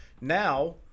Now